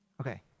Okay